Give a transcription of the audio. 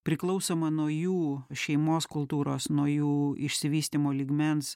priklausomą nuo jų šeimos kultūros nuo jų išsivystymo lygmens